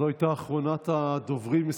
זו הייתה אחרונת הדוברים.